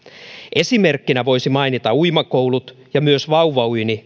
esimerkkinä voisi mainita uima koulut ja myös vauvauinnin